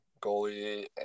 goalie